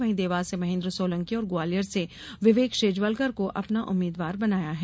वहीं देवास से महेन्द्र सोलंकी और ग्वालियर से विवेक शेजवलकर को अपना उम्मीदवार बनाया है